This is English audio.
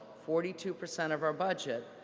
forty two percent of our budget,